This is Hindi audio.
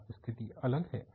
यहाँ स्थिति अलग है